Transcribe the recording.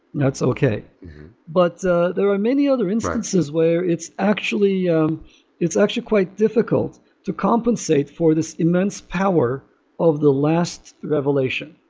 that's okay but there are many other instances where it's actually yeah it's actually quite difficult to compensate for this immense power of the last revelation.